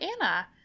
Anna